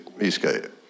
Eastgate